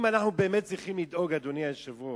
אם אנחנו באמת צריכים לדאוג, אדוני היושב-ראש,